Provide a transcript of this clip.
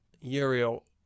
uriel